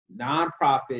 nonprofit